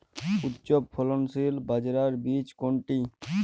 উচ্চফলনশীল বাজরার বীজ কোনটি?